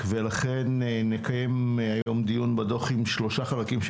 ולכן נקיים היום דיון בדו"ח עם שלושה חלקים,